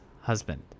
husband